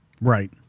Right